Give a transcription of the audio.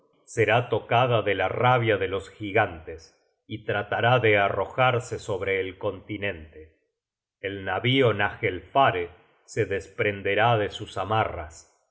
será tocada de la rabia de los gigantes y tratará de arrojarse sobre el continente el navío nagelfare se desprenderá de sus amarras